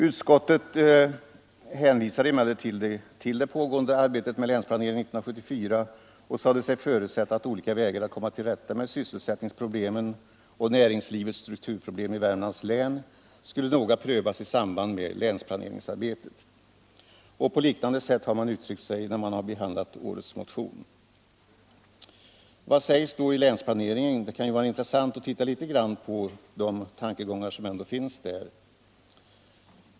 Utskottet hänvisade emellertid till det pågående arbetet med Länsplanering 1974 och sade sig förutsätta att olika vägar att komma till rätta med sysselsättningsproblemen och niringslivets strukturproblem i Värmlands län skulle noga prövas i samband med länsplaneringsarbetet. På liknande sätt har man uttryckt sig när man behandlat årets motion. Vad sägs då i Länsplanering 1974? Det kan ju vara intressant att se litet grand på de tankegångar som ändå finns där.